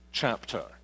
chapter